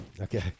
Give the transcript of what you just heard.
Okay